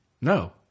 No